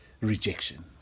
rejection